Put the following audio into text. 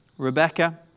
Rebecca